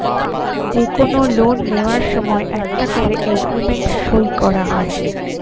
যে কোনো লোন নেয়ার সময় একটা করে এগ্রিমেন্ট সই করা হয়